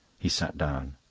he sat down.